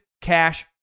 cash